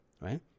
Right